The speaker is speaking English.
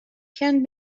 can